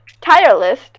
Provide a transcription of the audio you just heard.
Tireless